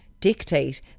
Dictate